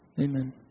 amen